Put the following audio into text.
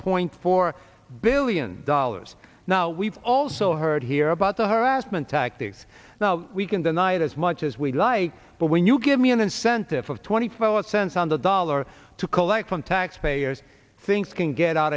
point four billion dollars now we've also heard here about the harassment tactics now we can deny it as much as we like but when you give me an incentive of twenty five cents on the dollar to collect from taxpayers things can get out